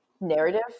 narrative